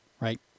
Right